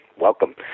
Welcome